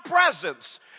presence